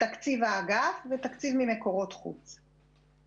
תקציב האגף ותקציב ממקורות חוץ.